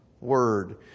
word